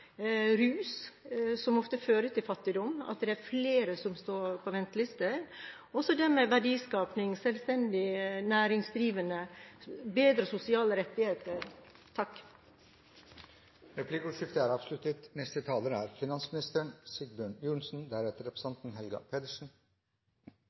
rus, som ofte fører til fattigdom, at det er flere som står på venteliste, og så det med verdiskaping, selvstendig næringsdrivende og bedre sosiale rettigheter. Replikkordskiftet er avsluttet.